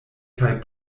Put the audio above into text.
kaj